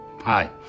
Hi